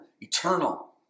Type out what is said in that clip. eternal